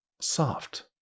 Soft